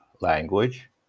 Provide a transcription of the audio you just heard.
language